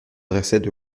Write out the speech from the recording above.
dressaient